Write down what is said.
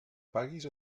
paguis